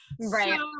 Right